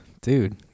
Dude